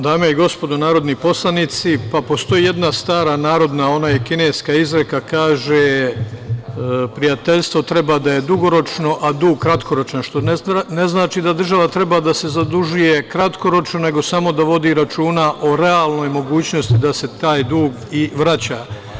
Dame i gospodo narodni poslanici, pa postoji jedna stara narodna, a ona je kineska izreka, kaže – prijateljstvo treba da je dugoročno, a dug kratkoročan, što ne znači da država treba da se zadužuje kratkoročno, nego samo da vodi računa o realnoj mogućnosti da se taj dug i vraća.